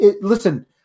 listen